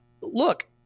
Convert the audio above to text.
look